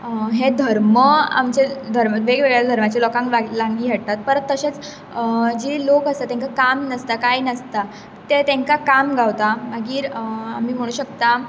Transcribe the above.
हे धर्म आमचे वेगवेगळ्या धर्माचे लोकांक लागीं हाडटा परत तशेच जे लोक आसता जांकां काम नासता कांय नासता ते तेंका काम गावता मागीर आमी म्हणूंक शकता